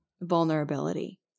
vulnerability